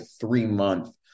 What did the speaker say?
three-month